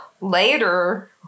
later